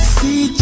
see